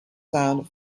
sound